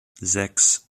sechs